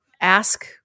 ask